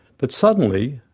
but suddenly,